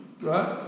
right